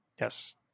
Yes